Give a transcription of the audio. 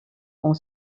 ont